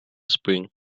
spring